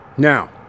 Now